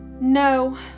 No